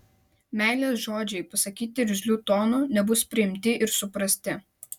meilės žodžiai pasakyti irzliu tonu nebus priimti ir suprasti